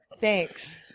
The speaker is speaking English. Thanks